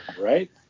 right